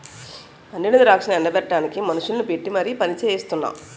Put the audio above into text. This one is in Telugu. పండిన ద్రాక్షను ఎండ బెట్టడానికి మనుషుల్ని పెట్టీ మరి పనిచెయిస్తున్నాము